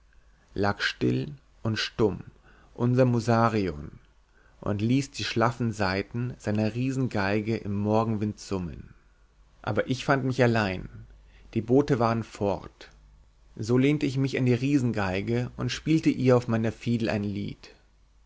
lag still und stumm unser musarion und ließ die schlaffen saiten seiner riesengeige im morgenwind summen aber ich fand mich allein die boote waren fort so lehnte ich mich an die riesengeige und spielte ihr auf meiner fiedel ein lied